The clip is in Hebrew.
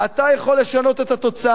אתה יכול לשנות את התוצאה.